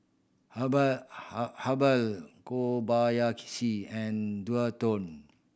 Habhal Habhal and Dualtron